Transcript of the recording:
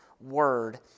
Word